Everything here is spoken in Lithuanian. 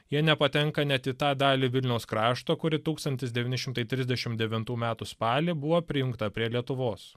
jie nepatenka net į tą dalį vilniaus krašto kuri tūkstantis devyni šimtai trisdešimt devintų metų spalį buvo prijungta prie lietuvos